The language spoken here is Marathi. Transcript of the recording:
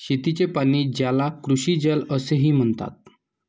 शेतीचे पाणी, ज्याला कृषीजल असेही म्हणतात